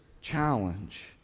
challenge